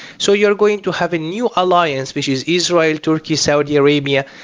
so you are going to have a new alliance which is israel, turkey, saudi arabia,